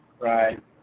right